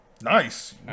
Nice